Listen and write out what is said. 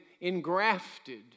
engrafted